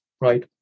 right